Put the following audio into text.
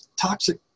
toxic